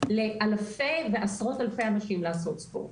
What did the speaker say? לאלפי ועשרות אלפי אנשים לעשות ספורט.